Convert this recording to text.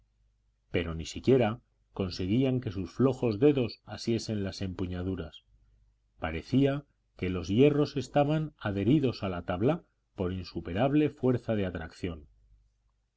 pero ni siquiera conseguían que sus flojos dedos asiesen las empuñaduras parecía que los hierros estaban adheridos a la tabla por insuperable fuerza de atracción